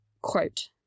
Quote